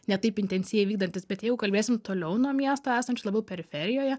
ne taip intensyviai vykdantis bet jeigu kalbėsim toliau nuo miesto esančio labiau periferijoje